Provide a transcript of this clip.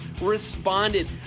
responded